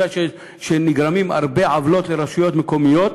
ואני יודע שנגרמות הרבה עוולות לרשויות מקומיות